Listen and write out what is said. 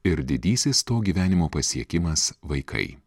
ir didysis to gyvenimo pasiekimas vaikai